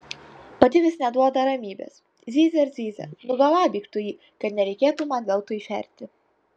pati vis neduoda ramybės zyzia ir zyzia nugalabyk tu jį kad nereikėtų man veltui šerti